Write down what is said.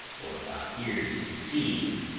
or my ears deceive.